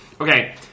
okay